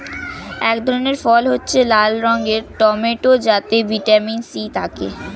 এক ধরনের ফল হচ্ছে লাল রঙের টমেটো যাতে ভিটামিন সি থাকে